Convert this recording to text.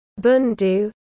Bundu